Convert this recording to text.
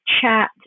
chat